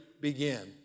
begin